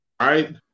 right